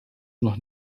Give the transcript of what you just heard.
noch